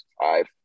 five